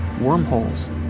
wormholes